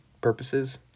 purposes